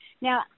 Now